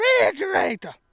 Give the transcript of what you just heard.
refrigerator